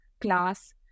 class